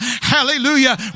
Hallelujah